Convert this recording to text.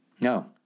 No